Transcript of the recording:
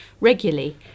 regularly